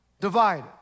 divided